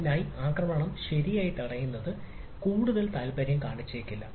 അതിനായി ആക്രമണം ശരിയായി തടയുന്നതിന് കൂടുതൽ താല്പര്യം കാണിച്ചേക്കില്ല